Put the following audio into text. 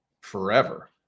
forever